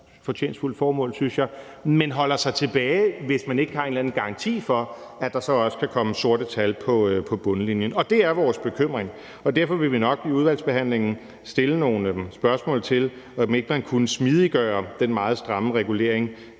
formål, synes jeg, men holder sig tilbage, hvis man ikke har en eller anden garanti for, at der så også kan komme sorte tal på bundlinjen. Det er vores bekymring. Derfor vil vi nok i udvalgsbehandlingen stille nogle spørgsmål om, om man ikke kunne smidiggøre den meget stramme regulering,